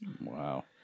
Wow